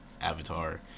Avatar